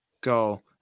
go